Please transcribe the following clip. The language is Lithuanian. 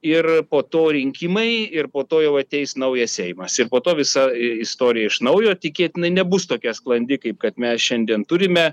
ir po to rinkimai ir po to jau ateis naujas seimas ir po to visa istorija iš naujo tikėtina nebus tokia sklandi kaip kad mes šiandien turime